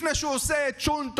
לפני שהוא עושה צ'ולנט,